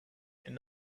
and